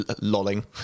lolling